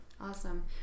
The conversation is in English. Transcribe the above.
awesome